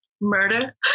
Murder